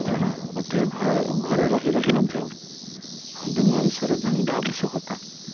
ଜଣେ ଗୋଟିଏ ଘରେ ରହି ରହି ମଧ୍ୟ ଦୁନିଆଁ ବିଷୟରେ ଜାଣିବା ଆବଶ୍ୟକତା